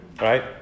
right